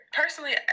personally